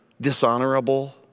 dishonorable